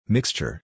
Mixture